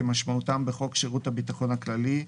כמשמעותם בחוק שירות הביטחון הכללי,